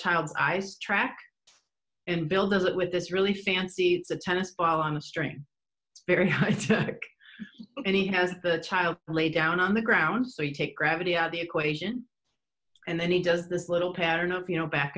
child's ice track and bill does it with this really fancy it's a tennis ball on a string it's very high tech and he has the child lay down on the ground so you take gravity out the equation and then he does this little pattern of you know back